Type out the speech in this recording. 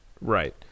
Right